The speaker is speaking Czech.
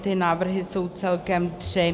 Ty návrhy jsou celkem tři.